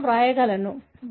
B0 0